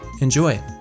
enjoy